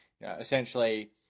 essentially